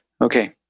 Okay